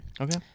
Okay